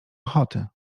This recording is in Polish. ochoty